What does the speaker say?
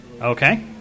Okay